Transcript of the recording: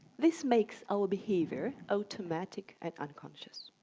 this makes our behaviour automatic and unconscious.